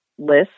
list